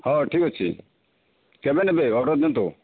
ହେଉ ଠିକ ଅଛି କେବେ ନେବେ ଅର୍ଡ଼ର ଦିଅନ୍ତୁ